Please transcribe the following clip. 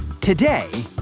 today